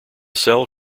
cell